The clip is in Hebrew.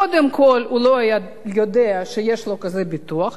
קודם כול הוא לא היה יודע שיש לו כזה ביטוח.